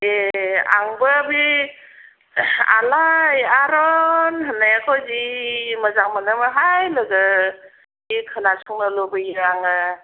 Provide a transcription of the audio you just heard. ए आंबो बे आलाइआरन होननायाखौ जि मोजां मोनोमोनहाय लोगो जि खोनासंनो लुबैयो आङो